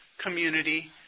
community